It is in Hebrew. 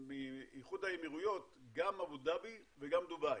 ומאיחוד האמירויות, גם אבו דאבי וגם דובאי.